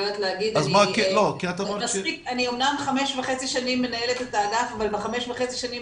אני אמנם חמש וחצי שנים מנהלת את האגף אבל בחמש וחצי שנים